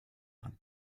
sein